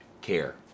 care